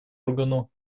органу